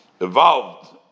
evolved